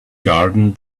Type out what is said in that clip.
garden